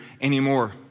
anymore